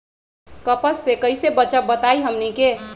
कपस से कईसे बचब बताई हमनी के?